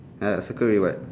ya circle already [what]